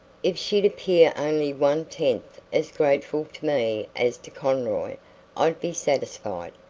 if she'd appear only one-tenth as grateful to me as to conroy i'd be satisfied.